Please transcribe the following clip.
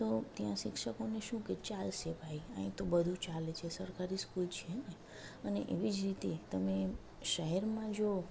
તો ત્યાં શિક્ષકોને શું કે ચાલશે ભાઈ અહીં તો બધું ચાલે છે સરકારી સ્કૂલ છે અને એવી જ રીતે તમે શહેરમાં જો